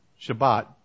Shabbat